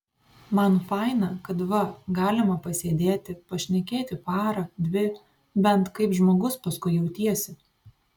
man faina kad va galima pasėdėti pašnekėti parą dvi bent kaip žmogus paskui jautiesi